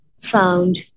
found